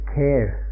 care